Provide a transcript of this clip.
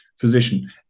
physician